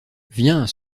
viens